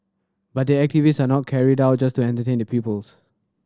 but the activities are not carried out just to entertain the pupils